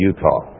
Utah